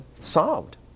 solved